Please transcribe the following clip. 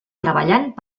treballant